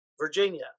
Virginia